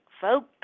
folks